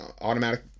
automatic